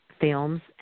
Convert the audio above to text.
films